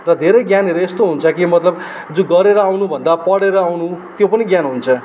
र धेरै ज्ञानहरू यस्तो हुन्छ कि मतलब जो गरेर आउनुभन्दा पढेर आउनु त्यो पनि ज्ञान हुन्छ